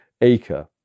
Acre